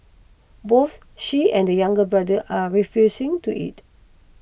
both she and the younger brother are refusing to eat